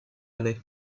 année